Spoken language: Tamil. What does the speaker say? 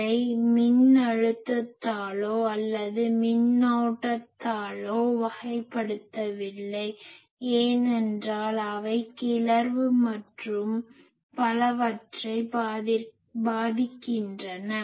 அதை மின்னழுத்தத்தாலோ அல்லது மின்னோட்டத்தாலோ வகைப்படுத்தவில்லை ஏனென்றால் அவை கிளர்வு மற்றும் பலவற்றை பாதிக்கின்றன